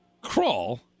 Crawl